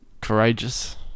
courageous